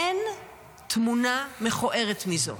אין תמונה מכוערת מזו.